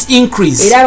increase